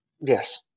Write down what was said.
Yes